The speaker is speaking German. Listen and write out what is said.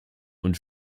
und